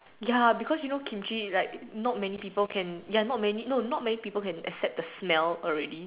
ya because you know Kimchi like not many people can ya not many no not many people can accept the smell already